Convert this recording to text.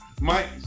Mike